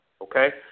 okay